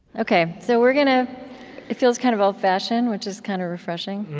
ok, so we're gonna it feels kind of old-fashioned, which is kind of refreshing,